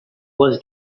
was